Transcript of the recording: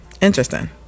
Interesting